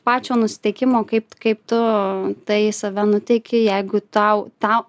pačio nusiteikimo kaip kaip tu tai save nuteiki jeigu tau tau